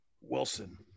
Wilson